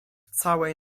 całej